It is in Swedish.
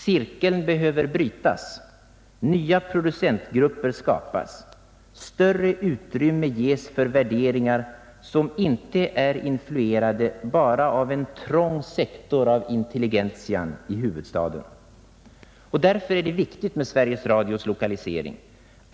Cirkeln behöver brytas, nya producentgrupper skapas, större utrymme ges för värderingar som inte är influerade bara av en trång sektor av intelligentian i huvudstaden. Därför är också frågan om Sveriges Radios lokalisering viktig.